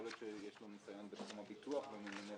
יכול להיות שיש לו ניסיון בתחום הביטוח והוא ימונה